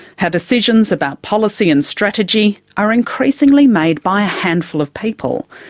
how decisions about policy and strategy are increasingly made by a handful of people.